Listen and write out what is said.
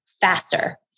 faster